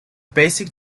basic